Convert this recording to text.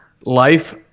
life